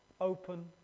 open